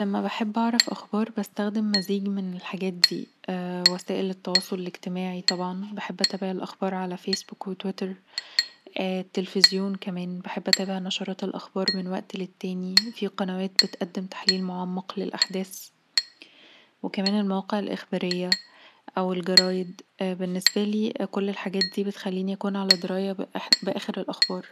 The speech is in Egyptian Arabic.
لما بحب أعرف أخبار بستخدم مزيج من الحاجات دي، وسائل التواصل الإجتماعي طبعا، بحب اتابع الأخبار علي فيسبوك وتويتر، التلفزيون كمان بحب اتابع نشرات الأخبار من وقت للتاني فيه قنوات بتقدم تحليل معمق للأحداث، وكمان المواقع الإخباريه او الجرايد، بالنسبالي كل الحاجات دي بتخليني علي درايه بآخر الأخبار